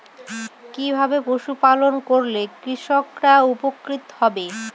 কিভাবে পশু পালন করলেই কৃষকরা উপকৃত হবে?